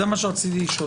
זה מה שרציתי לשאול.